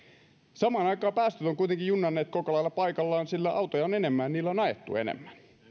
samaan aikaan päästöt ovat kuitenkin junnanneet koko lailla paikallaan sillä autoja on enemmän ja niillä on ajettu enemmän